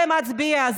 זה מצביע,